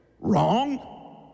wrong